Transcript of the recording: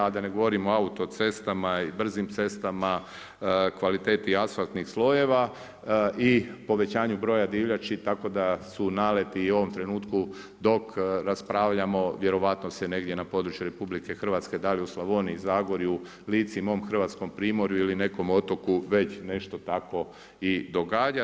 A da ne govorim o autocestama i brzim cestama, kvaliteti asfaltnih slojeva i povećanju broj divljači tako da su naleti u ovome trenutku dok raspravljamo vjerojatno se negdje na području RH, da li u Slavoniji, Zagorju, Lici, mom Hrvatskom primorju ili nekom otoku već nešto tako i događa.